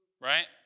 right